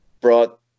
brought